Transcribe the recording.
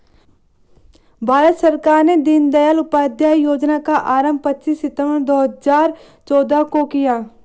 भारत सरकार ने दीनदयाल उपाध्याय योजना का आरम्भ पच्चीस सितम्बर दो हज़ार चौदह को किया